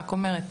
רק אומרת.